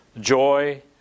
Joy